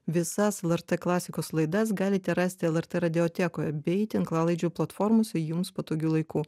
visas lrt klasikos laidas galite rasti lrt radiotekoje bei tinklalaidžių platformose jums patogiu laiku